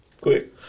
Quick